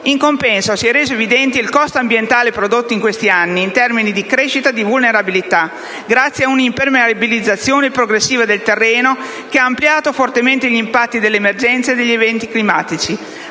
In compenso, si è reso evidente il costo ambientale prodotto in questi anni, in termini di crescita di vulnerabilità del nostro territorio, grazie ad un'impermeabilizzazione progressiva del terreno, che ha ampliato fortemente gli impatti delle emergenze e degli eventi climatici.